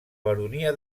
baronia